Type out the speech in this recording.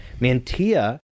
Mantia